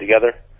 together